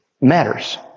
matters